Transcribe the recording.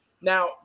Now